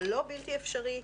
זה לא בלתי אפשרי,